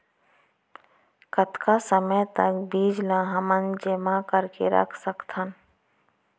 कतका समय तक बीज ला हमन जेमा करके रख सकथन?